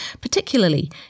particularly